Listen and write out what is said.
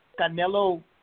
Canelo –